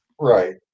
Right